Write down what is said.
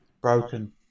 broken